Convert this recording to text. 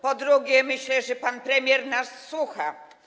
Po drugie, myślę, że pan premier nas słucha.